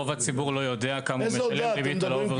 רוב הציבור לא יודע כמה הוא משלם ריבית על האוברדרפט,